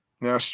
now